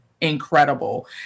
incredible